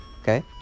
Okay